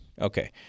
Okay